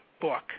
book